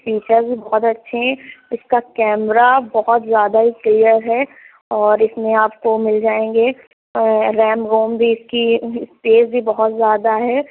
feature بھی بہت اچھے ہیں اِس کا کمیرہ بہت زیادہ ہی کلیئر ہے اور اِس میں آپ کو مل جائیں گے ریم روم بھی اِس کی اسپیس بھی بہت زیادہ ہے